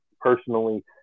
personally